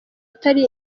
atari